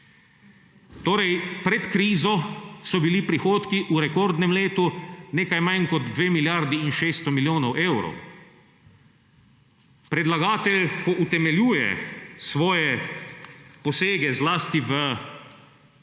Torej, pred krizo so bili prihodki v rekordnem letu nekaj manj kot 2 milijardi 600 milijonov evrov. Predlagatelj, ko utemeljuje svoje posege zlasti v splošno